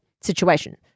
situation